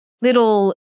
little